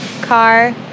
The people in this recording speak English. car